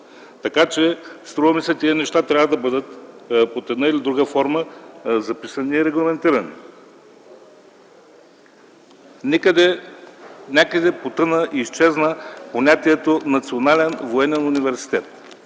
дейност. Тези неща трябва да бъдат под една или друга форма записани и регламентирани. Някъде потъна и изчезна понятието „Национален военен университет”.